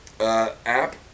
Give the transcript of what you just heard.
App